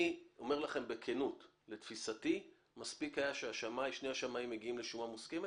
אני אומר לכם בכנות שלתפיסתי מספיק היה ששני השמאים יגיעו לשומה מוסכמת.